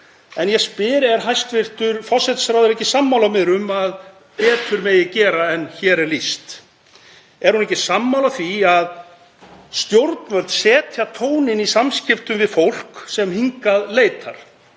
En ég spyr: Er hæstv. forsætisráðherra ekki sammála mér um að betur megi gera en hér er lýst? Er hún ekki sammála því að stjórnvöld setja tóninn í samskiptum við fólk sem hingað leitar?